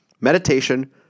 meditation